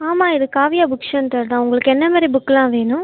ஆமாம் இது Kavya book centre தான் உங்களுக்கு என்ன மாதிரி புக்கெலாம் வேணும்